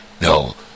no